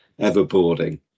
everboarding